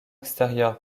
extérieur